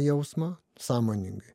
jausmą sąmoningai